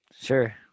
Sure